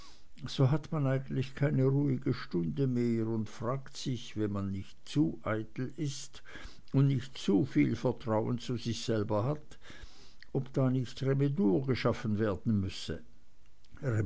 so hat man eigentlich keine ruhige stunde mehr und fragt sich wenn man nicht zu eitel ist und nicht zu viel vertrauen zu sich selber hat ob da nicht remedur geschaffen werden müsse